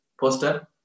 Poster